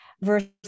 versus